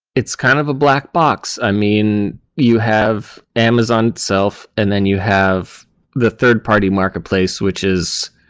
it's kind of a black box. i mean, you have amazon itself and then you have the third-party marketplace, which is